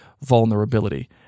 vulnerability